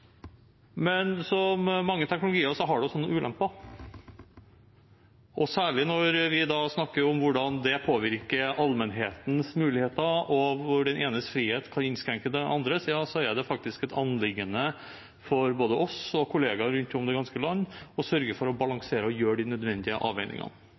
Men som ved mange teknologier er det også noen ulemper. Særlig når vi snakker om hvordan det påvirker allmennhetens muligheter, hvor den enes frihet kan innskrenke den andres, er det faktisk et anliggende for både oss og kollegaer rundt om i det ganske land å sørge for å balansere og gjøre de nødvendige avveiningene.